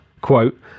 quote